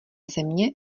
země